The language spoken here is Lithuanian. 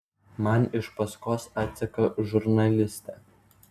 man iš paskos atseka žurnalistė